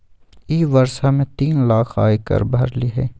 ई वर्ष हम्मे तीन लाख आय कर भरली हई